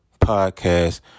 Podcast